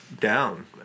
down